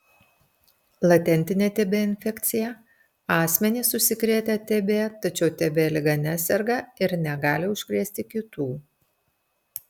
latentinė tb infekcija asmenys užsikrėtę tb tačiau tb liga neserga ir negali užkrėsti kitų